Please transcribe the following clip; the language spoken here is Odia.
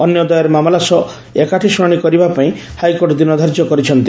ଅନ୍ୟ ଦାଏର ମାମଲା ସହ ଏକାଠି ଶୁଶାଶି କରିବା ପାଇଁ ହାଇକୋର୍ଟ ଦିନଧାର୍ଯ୍ୟ କରିଛନ୍ତି